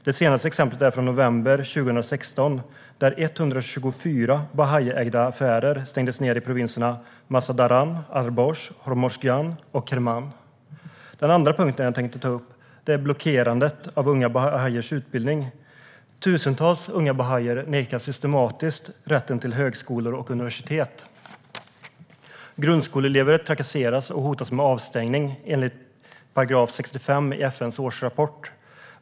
Det senaste exemplet är från november 2016, då 124 bahaiägda affärer stängdes i provinserna Mazandaran, Alborz, Hormozgan och Kerman. Den andra punkten jag tänkte ta upp är blockerandet av unga bahaiers utbildning. Tusentals unga bahaier nekas systematiskt rätten att gå på högskolor och universitet. Grundskoleelever trakasseras och hotas med avstängning, enligt punkt 65 i FN:s årsrapport.